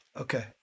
okay